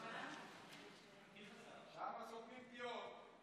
גם אתה סותם פיות?